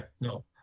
No